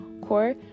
core